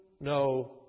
no